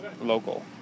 local